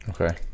okay